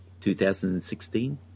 2016